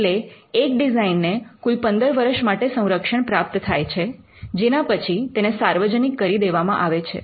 એટલે એક ડિઝાઇનને કુલ 15 વર્ષ માટે સંરક્ષણ પ્રાપ્ત થાય છે જેના પછી તેને સાર્વજનિક કરી દેવામાં આવે છે